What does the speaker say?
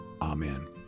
Amen